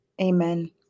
Amen